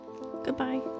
Goodbye